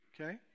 okay